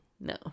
no